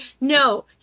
no